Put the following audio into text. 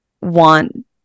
want